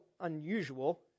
unusual